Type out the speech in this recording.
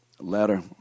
letter